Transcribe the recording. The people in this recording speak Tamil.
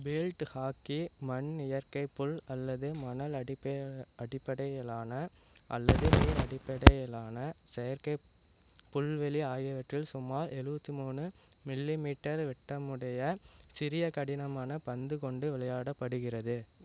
பீல்ட் ஹாக்கி மண் இயற்கை புல் அல்லது மணல் அடிப்படையிலான அல்லது நீர் அடிப்படையிலான செயற்கை புல்வெளி ஆகியவற்றில் சுமார் எழுவத்தி மூணு மில்லிமீட்டர் விட்டமுடைய சிறிய கடினமான பந்து கொண்டு விளையாடப்படுகிறது